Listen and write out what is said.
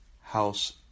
house